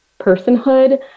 personhood